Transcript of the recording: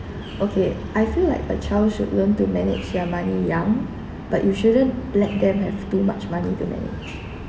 okay I feel like a child should learn to manage their money young but you shouldn't let them have too much money to manage